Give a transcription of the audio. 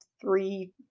three